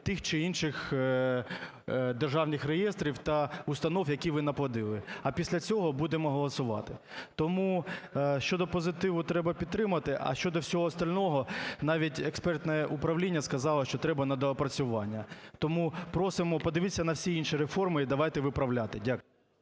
тих чи інших державних реєстрів та установ, які ви наплодили, а після цього будемо голосувати. Тому щодо позитиву – треба підтримати, а щодо всього остального – навіть експертне управління сказало, що треба на доопрацювання. Тому просимо подивіться на всі інші реформи і давайте виправляти. Дякую.